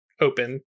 open